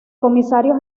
comisario